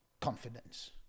confidence